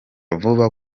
vuba